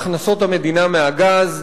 הכנסות המדינה מהגז,